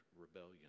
rebellion